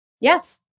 Yes